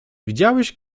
widziałeś